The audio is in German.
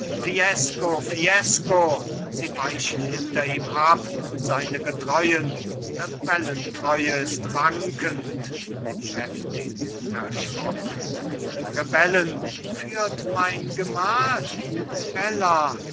sie weichen hinter ihm ab seine getreuen rebellentreue ist wankend heftig erschrocken rebellen führt mein gemahl bella